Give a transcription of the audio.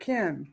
Kim